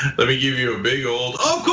let me give you a big old of